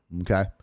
Okay